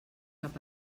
cap